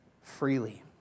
freely